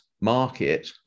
market